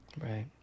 Right